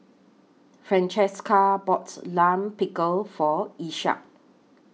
Francesca boughts Lime Pickle For Isaak